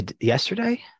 yesterday